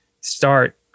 start